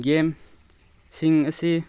ꯒꯦꯝꯁꯤꯡ ꯑꯁꯤ